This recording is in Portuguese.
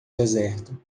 deserto